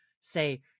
say